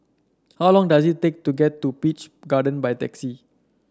how long does it take to get to Peach Garden by taxi